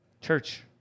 Church